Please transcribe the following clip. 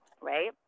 Right